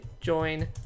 Join